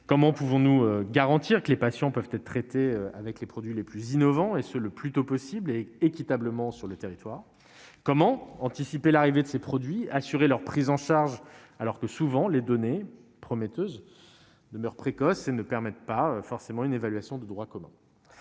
Comment garantir que les patients pourront être traités avec les produits les plus innovants, le plus tôt possible, et équitablement sur le territoire ? Comment anticiper l'arrivée de ces produits et assurer leur prise en charge, alors que les données, prometteuses, demeurent souvent précoces et ne permettent pas toujours une évaluation de droit commun ?